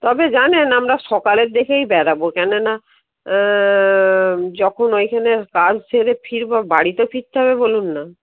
তবে জানেন আমরা সকালের দিকেই বেরাবো কেন না যখন ওইখানে কাজ সেরে ফিরবো বাড়িতে ফিরতে হবে বলুন না